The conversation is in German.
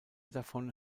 davon